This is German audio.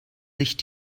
licht